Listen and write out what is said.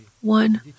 one